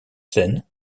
scène